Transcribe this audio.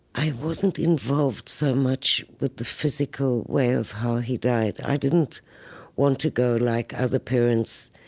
i wasn't involved so much with the physical way of how he died. i didn't want to go, like other parents,